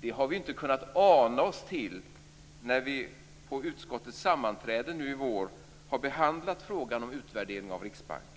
Det hade vi inte kunnat ana oss till när vi på utskottets sammanträden nu i vår behandlade frågan om utvärdering av Riksbanken.